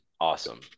Awesome